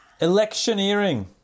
Electioneering